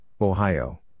Ohio